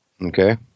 Okay